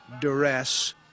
duress